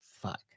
Fuck